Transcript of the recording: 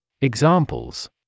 Examples